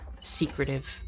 secretive